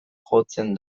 jotzen